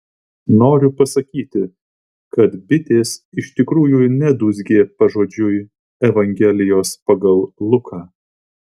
noriu pasakyti kad bitės iš tikrųjų nedūzgė pažodžiui evangelijos pagal luką